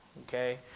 Okay